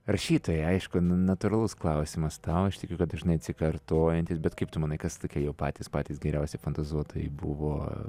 rašytojai aišku natūralus klausimas tau aš tikiu kad dažnai atsikartojantis bet kaip tu manai kas tokie jau patys patys geriausi fantazuotojai buvo